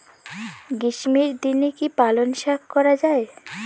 গ্রীষ্মের দিনে কি পালন শাখ করা য়ায়?